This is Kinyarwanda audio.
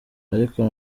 ariko